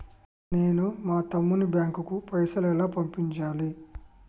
నేను మా తమ్ముని బ్యాంకుకు పైసలు ఎలా పంపియ్యాలి?